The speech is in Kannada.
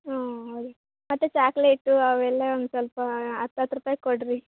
ಹ್ಞೂ ಹೌದು ಮತ್ತೆ ಚಾಕ್ಲೇಟ್ ಅವೆಲ್ಲ ಒಂದು ಸ್ವಲ್ಪ ಹತ್ತು ಹತ್ತು ರೂಪಾಯಿಗೆ ಕೊಡಿರಿ